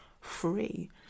free